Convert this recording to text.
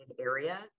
area